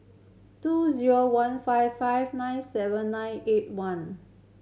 two zero one five five nine seven nine eight one